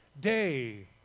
Day